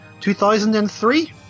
2003